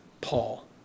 Paul